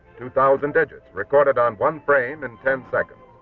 two thousand digits recorded on one frame in ten seconds.